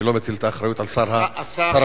אני לא מטיל את האחריות על שר החינוך.